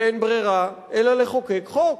ואין ברירה אלא לחוקק חוק.